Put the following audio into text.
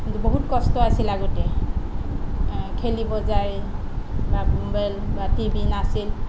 কিন্তু বহুত কষ্ট আছিল আগতে খেলিব যায় বা ম'বাইল বা টি ভি নাছিল